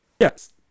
Yes